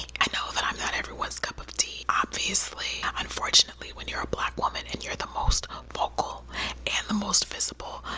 i know that i'm not everyone's cup of tea, obviously, and unfortunately when you're a black woman and you're the most vocal and the most visible,